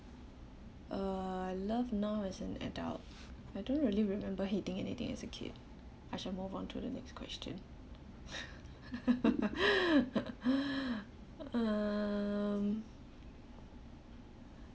uh love now as an adult I don't really remember hating anything as a kid I shall move onto the next question um